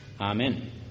Amen